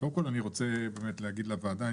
קודם כל אני רוצה להגיד לוועדה,